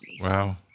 Wow